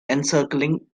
encircling